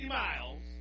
miles